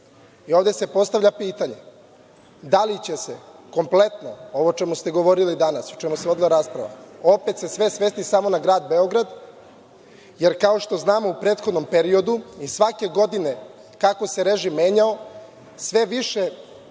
131.Ovde se postavlja pitanje da li će se kompletno ovo o čemu ste govorili danas, o čemu se vodi rasprava, opet se sve svesti samo na grad Beograd, jer, kao što znamo, u prethodnom periodu je svake godine kako se režim menjao sve više